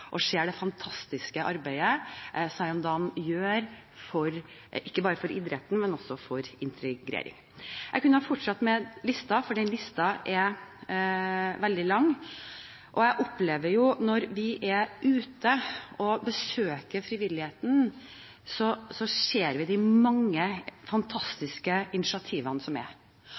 og se det fantastiske arbeidet som Sajandan gjør ikke bare for idretten, men også for integrering. Jeg kunne ha fortsatt med listen, for den listen er veldig lang, og når vi er ute og besøker frivilligheten, så ser vi jo de mange fantastiske initiativene som er.